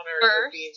first